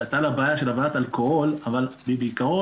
היתה בעיה של הבאת אלכוהול אבל בעיקרון